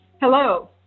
Hello